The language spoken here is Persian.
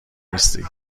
نیستی